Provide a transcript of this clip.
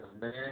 man